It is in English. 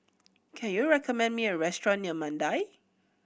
can you recommend me a restaurant near Mandai